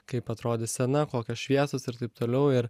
kaip atrodys scena kokios šviesos ir taip toliau ir